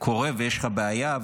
קורה שיש לך בעיה,